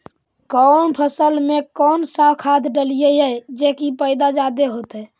कौन फसल मे कौन सा खाध डलियय जे की पैदा जादे होतय?